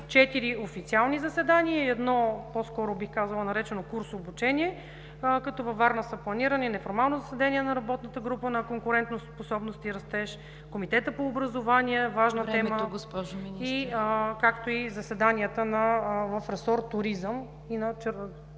четири официални заседания и едно по-скоро наречено курс-обучение. Във Варна са планирани неформално заседание на Работната група „Конкурентоспособност и растеж“, Комитета по образование – важна тема, както и заседанията в ресор „Туризъм“ в